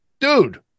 Dude